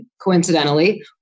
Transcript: coincidentally